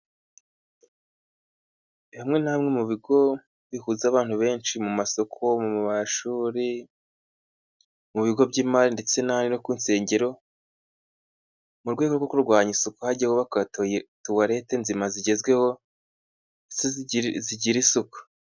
Bimwe na bimwe mu bigo bihuza abantu benshi mu masoko, mu mashuri, mu bigo by'imari ndetse no ku nsengero, mu rwego rwo kurwanya isuku hagiye hubakwa tuwalete nzima zigezweho, zigira isuku.